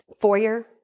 foyer